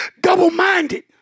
double-minded